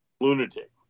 lunatic